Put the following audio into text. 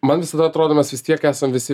man visada atrodo mes vis tiek esam visi